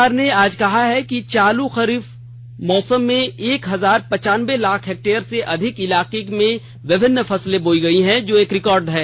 सरकार ने आज कहा कि चालू खरीफ मौसम में एक हजार पंचानबे लाख हैक्टेदयर से अधिक इलाके में विभिन्न फसले बोई गई है जो एक रिकॉर्ड है